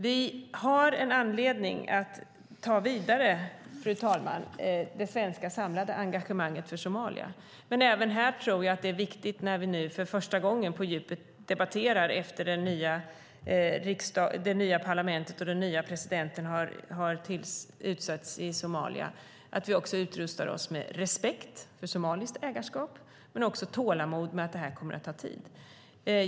Vi har anledning, fru talman, att ta det svenska samlade engagemanget för Somalia vidare. Även här, när vi nu för första gången efter att det nya parlamentet och den nya presidenten har utsetts i Somalia debatterar på djupet, tror jag dock att det är viktigt att vi utrustar oss med respekt för somaliskt ägarskap och även med tålamod med att detta kommer att ta tid.